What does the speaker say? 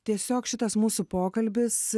tiesiog šitas mūsų pokalbis